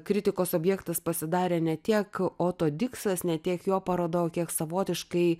kritikos objektas pasidarė ne tiek oto diksas ne tiek jo paroda o kiek savotiškai